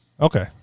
Okay